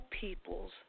peoples